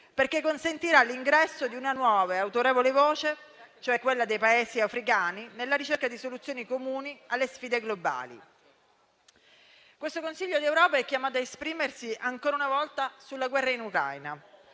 perché consentirà l'ingresso di una nuova e autorevole voce, cioè quella dei Paesi africani, nella ricerca di soluzioni comuni alle sfide globali. Questo Consiglio europeo è chiamato ad esprimersi ancora una volta sulla guerra in Ucraina.